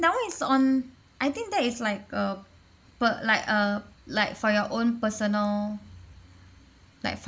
that one is on I think that is like uh per~ like uh like for your own personal like